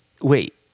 Wait